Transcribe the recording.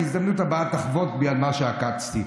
בהזדמנות הבאה תחבוט בי על זה שעקצתי,